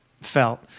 felt